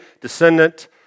descendant